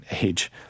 age